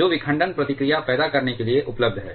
जो विखंडन प्रतिक्रिया पैदा करने के लिए उपलब्ध हैं